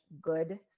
good